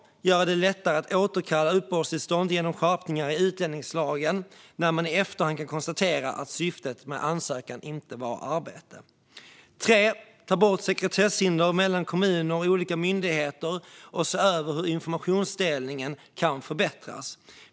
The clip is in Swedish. Göra det lättare att återkalla uppehållstillstånd, genom skärpningar i utlänningslagen, när man i efterhand kan konstatera att syftet med ansökan inte var arbete. Ta bort sekretesshinder mellan kommuner och olika myndigheter och se över hur informationsdelningen kan förbättras.